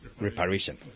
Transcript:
reparation